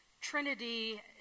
trinity